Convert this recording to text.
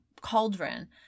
cauldron